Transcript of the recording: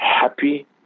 happy